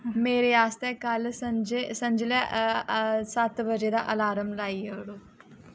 मेरे आस्तै कल्ल स'ञालै सत्त बजे दा अलार्म लाई ओड़ो